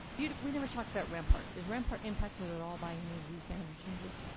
you know we never talked about rampart. is rampart impacted at all by any of these boundary changes?